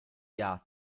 verranno